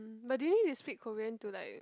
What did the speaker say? but do you need to speak Korean to like